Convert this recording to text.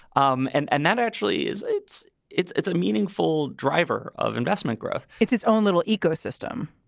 um and and that actually is it's it's it's a meaningful driver of investment growth. it's its own little ecosystem.